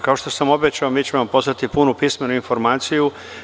Kao što sam obećao, mi ćemo vam poslati punu pismenu informaciju.